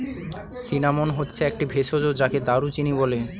cinnamon হচ্ছে একটি ভেষজ যাকে দারুচিনি বলে